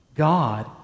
God